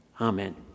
Amen